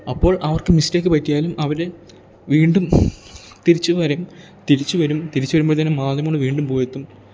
അപ്പോൾ അവർക്ക് മിസ്റ്റേക്ക് പറ്റിയാലും അവർ വീണ്ടും തിരിച്ച് വരേം തിരിച്ച് വരും തിരിച്ച് വരുമ്പോഴത്തേന് മാദ്ധ്യമങ്ങൾ വീണ്ടും പുകഴ്ത്തും